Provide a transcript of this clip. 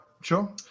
sure